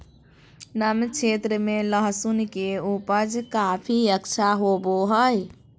नम क्षेत्र में लहसुन के उपज काफी अच्छा होबो हइ